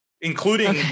including